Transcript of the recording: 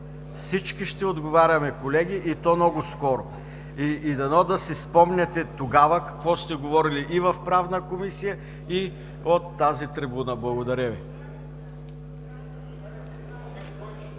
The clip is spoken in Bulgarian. Всички ще отговаряме, колеги, и то много скоро. Дано да си спомните тогава какво сте говорили и в Правна комисия, и от тази трибуна. Благодаря Ви.